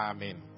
Amen